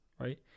right